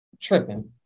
tripping